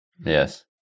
Yes